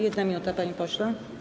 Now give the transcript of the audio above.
1 minuta, panie pośle.